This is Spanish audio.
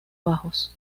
bajos